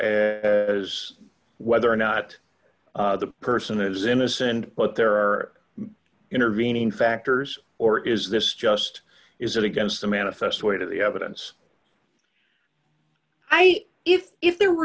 as whether or not the person is innocent but there are intervening factors or is this just is it against the manifest weight of the evidence i if if there were